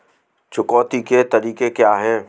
चुकौती के तरीके क्या हैं?